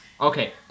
okay